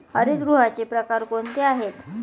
हरितगृहाचे प्रकार कोणते आहेत?